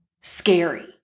scary